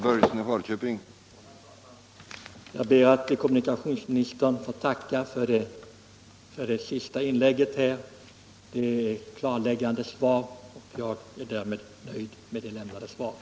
Herr talman! Jag ber att få tacka kommunikationsministern för det senaste klargörande inlägget, och jag är därmed nöjd med det lämnade svaret.